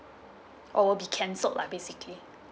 oh will be cancelled lah basically